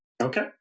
Okay